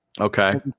Okay